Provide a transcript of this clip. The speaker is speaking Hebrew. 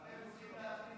הם צריכים להחליט,